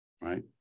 right